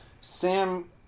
Sam